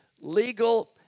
legal